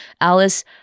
Alice